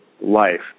life